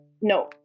No